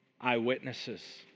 eyewitnesses